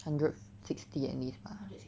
hundred sixty at least 吧